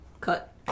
cut